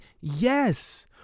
yes